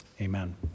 Amen